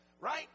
Right